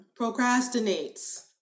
procrastinates